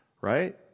Right